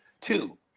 Two